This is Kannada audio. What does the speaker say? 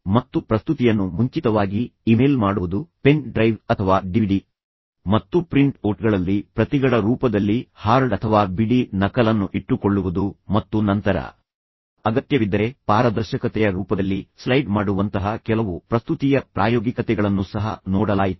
ಮತ್ತು ಪ್ರಸ್ತುತಿಯನ್ನು ಮುಂಚಿತವಾಗಿ ಇಮೇಲ್ ಮಾಡುವುದು ಪೆನ್ ಡ್ರೈವ್ ಅಥವಾ ಡಿವಿಡಿ ಮತ್ತು ಪ್ರಿಂಟ್ ಔಟ್ಗಳಲ್ಲಿ ಪ್ರತಿಗಳ ರೂಪದಲ್ಲಿ ಹಾರ್ಡ್ ಅಥವಾ ಬಿಡಿ ನಕಲನ್ನು ಇಟ್ಟುಕೊಳ್ಳುವುದು ಮತ್ತು ನಂತರ ಅಗತ್ಯವಿದ್ದರೆ ಪಾರದರ್ಶಕತೆಯ ರೂಪದಲ್ಲಿ ಸ್ಲೈಡ್ ಮಾಡುವಂತಹ ಕೆಲವು ಪ್ರಸ್ತುತಿಯ ಪ್ರಾಯೋಗಿಕತೆಗಳನ್ನು ಸಹ ನೋಡಲಾಯಿತು